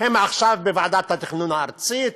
הם עכשיו בוועדת התכנון הארצית,